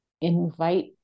invite